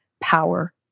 power